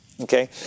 okay